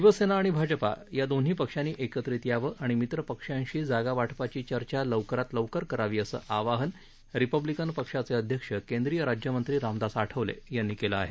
शिवसेना आणि भाजपा दोन्ही पक्षांनी एकत्रित यावं आणि मित्रपक्षांशी जागा वाटपाची लवकर चर्चा करावी असं आवाहन रिपब्लीकन पक्षाचे अध्यक्ष केंद्रीय राज्यमंत्री रामदास आठवले यांनी केला आहे